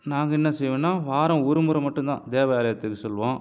நாங்கள் என்ன செய்வோன்னால் வாரம் ஒரு முறை மட்டும்தான் தேவாலயத்துக்கு செல்வோம்